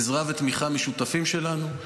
עזרה ותמיכה משותפים שלנו.